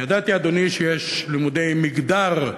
ידעתי, אדוני, שיש לימודי מגדר,